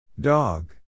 Dog